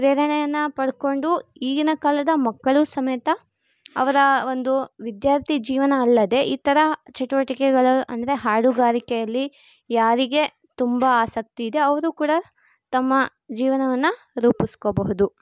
ಪ್ರೇರಣೆಯನ್ನು ಪಡ್ಕೊಂಡು ಈಗಿನ ಕಾಲದ ಮಕ್ಕಳು ಸಮೇತ ಅವರ ಒಂದು ವಿದ್ಯಾರ್ಥಿ ಜೀವನ ಅಲ್ಲದೆ ಇತರ ಚಟುವಟಿಕೆಗಳು ಅಂದರೆ ಹಾಡುಗಾರಿಕೆಯಲ್ಲಿ ಯಾರಿಗೆ ತುಂಬ ಆಸಕ್ತಿ ಇದೆ ಅವರು ಕೂಡ ತಮ್ಮ ಜೀವನವನ್ನು ರೂಪಿಸ್ಕೊಬಹುದು